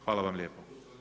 Hvala vam lijepo.